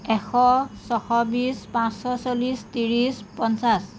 এশ ছয়শ বিশ পাঁচশ চল্লিছ ত্ৰিছ পঞ্চাছ